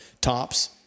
Tops